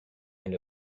and